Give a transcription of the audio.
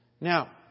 Now